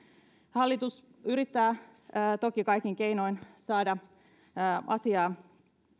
hallitus yrittää toki kaikin keinoin saada asiaa